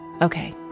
Okay